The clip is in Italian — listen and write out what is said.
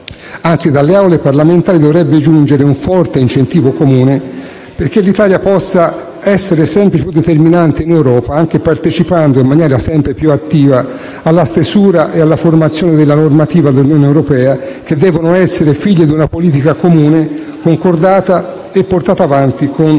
Anzi, dalle Aule parlamentari dovrebbe giungere un forte incentivo comune per far sì che l'Italia possa essere sempre più determinante in Europa, anche partecipando in maniera sempre più attiva alla stesura e alla formazione della normativa dell'Unione europea, che devono essere figlie di una politica comune, concordata e portata avanti con